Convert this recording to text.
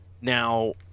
now